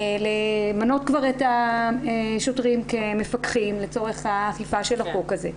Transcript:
למנות את השוטרים כמפקחים לצורך האכיפה של החוק הזה.